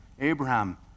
Abraham